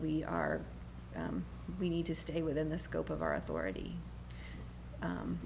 we are we need to stay within the scope of our authority